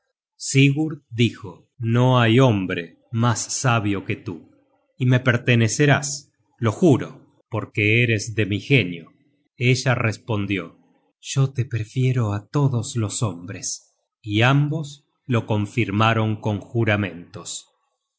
dijo no hay hombre mas sabio que tú y me pertenecerás lo juro porque eres de mi genio ella respondió yo te prefiero á todos los hombres y ambos lo confirmaron con juramentos